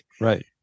Right